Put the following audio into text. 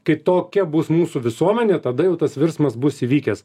kai tokia bus mūsų visuomenė tada jau tas virsmas bus įvykęs